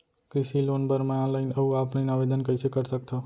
कृषि लोन बर मैं ऑनलाइन अऊ ऑफलाइन आवेदन कइसे कर सकथव?